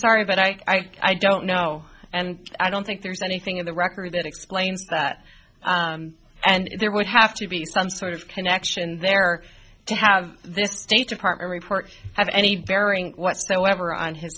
sorry but i i don't know and i don't think there's anything in the record that explains that and there would have to be some sort of connection there to have this state department report have any bearing whatsoever on his